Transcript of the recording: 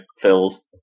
fills